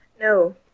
No